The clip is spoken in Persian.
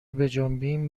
بجنبین